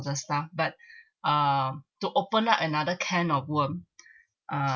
the stuff but um to open up another can of worm uh